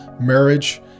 marriage